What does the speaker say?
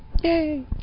Yay